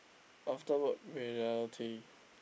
after work reality